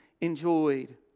enjoyed